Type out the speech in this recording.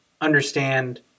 understand